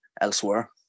elsewhere